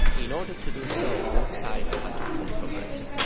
in order to do so, both sides had to compromise.